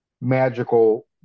magical